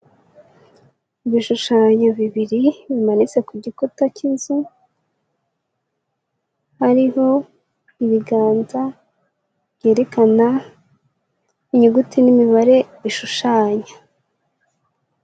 Ibishushanyo bibiri bimanitse ku gikuta cy'inzu, hariho ibiganza byerekana inyuguti n'imibare bishushanya.